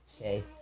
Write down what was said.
Okay